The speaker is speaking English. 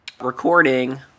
recording